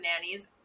nannies